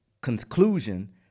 conclusion